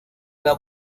una